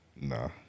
Nah